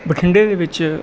ਬਠਿੰਡੇ ਦੇ ਵਿੱਚ